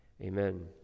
amen